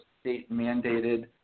state-mandated